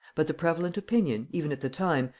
but the prevalent opinion, even at the time,